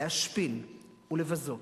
להשפיל ולבזות.